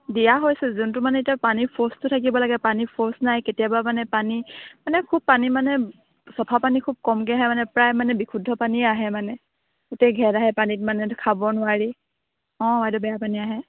দিয়া হৈছে যোনটো মানে এতিয়া পানীৰ ফৰ্চটো থাকিব লাগে পানীৰ ফৰ্চ নাই কেতিয়াবা মানে পানী মানে খুব পানী মানে চফা পানী খুব কমকৈ আহে মানে প্ৰায় মানে বিশুদ্ধ পানী আহে মানে গোটেই ঘেট আহে পানীত মানে খাব নোৱাৰি অঁ এইতো বেয়া পানী আহে